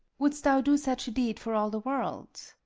wouldst thou do such a deed for all the world?